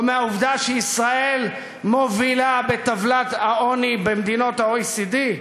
או מהעובדה שישראל מובילה בטבלת העוני במדינות ה-OECD?